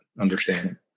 understanding